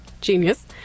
genius